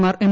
Mar M